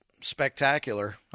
spectacular